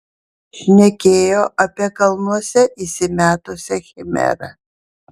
šnekėjo apie kalnuose įsimetusią chimerą